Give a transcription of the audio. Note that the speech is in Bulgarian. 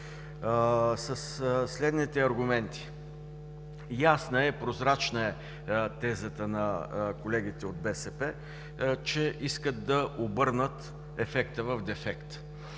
следните аргументи. Ясна е, прозрачна е тезата на колегите от „БСП за България“, че искат да обърнат ефекта в дефект,